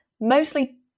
mostly